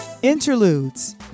Interludes